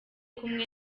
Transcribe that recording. kumwe